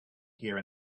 here